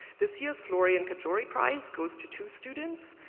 this year's florian cajori prize goes to two students,